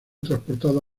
transportados